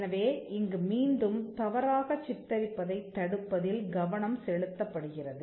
எனவே இங்கு மீண்டும் தவறாகச் சித்தரிப்பதைத் தடுப்பதில் கவனம் செலுத்தப்படுகிறது